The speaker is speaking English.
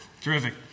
Terrific